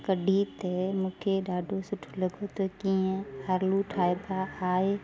ॿ ॾींहुं त मूंखे ॾाढो सुठो लॻो त कीअं आलू ठाइबा आहे